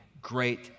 great